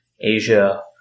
Asia